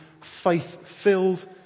faith-filled